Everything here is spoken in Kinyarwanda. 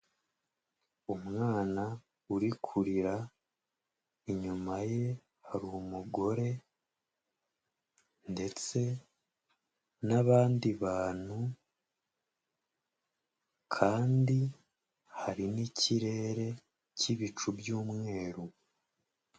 Umwana uri kurira, inyuma ye hari umugore ndetse n'abandi bantu, kandi hari n'ikirere cy'ibicu by'umweru.